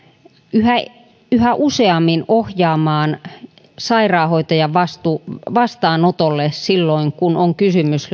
yhä yhä useammin ohjaamaan sairaanhoitajan vastaanotolle silloin kun on kysymys